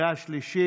ואחרי זה מתלוננים,